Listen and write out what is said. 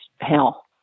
hell